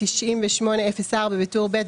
בטור ב',